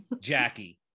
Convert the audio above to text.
Jackie